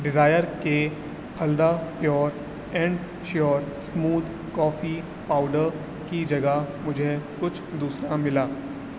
ڈزائر کے پھلدا pure and sure smooth coffee powder کی جگہ مجھے کچھ دوسرا ملا